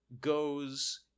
goes